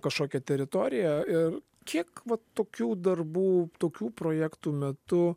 kažkokią teritoriją ir kiek vat tokių darbų tokių projektų metu